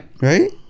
Right